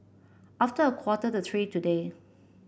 after a quarter to three today